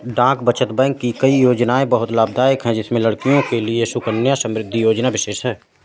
डाक बचत बैंक की कई योजनायें बहुत लाभदायक है जिसमें लड़कियों के लिए सुकन्या समृद्धि योजना विशेष है